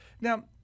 Now